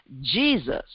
Jesus